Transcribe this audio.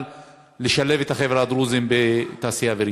לשלב את החבר'ה הדרוזים בתעשייה האווירית.